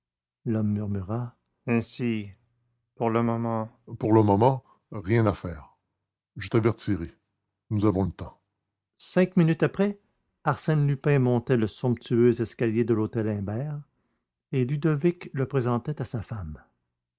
l'homme murmura ainsi pour le moment pour le moment rien à faire je t'avertirai nous avons le temps cinq minutes après arsène lupin montait le somptueux escalier de l'hôtel imbert et ludovic le présentait à sa femme